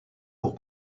pour